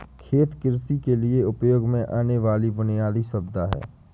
खेत कृषि के लिए उपयोग में आने वाली बुनयादी सुविधा है